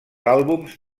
àlbums